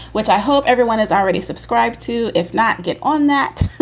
which i hope everyone has already subscribed to. if not, get on that.